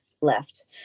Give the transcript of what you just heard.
left